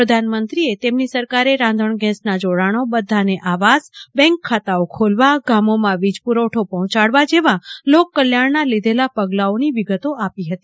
પ્રધાનમંત્રીએ તેમની સરકારે રાધંજગેસના જોડાજોબધાને આવાસબેંક ખાતાઓ ખોલવાગામોમાં વીજ પુરવઠો પહોંચાડવા જેવા લોકકલ્યાણના લીધેલા પગલાંઓની વિગતો આપી હતી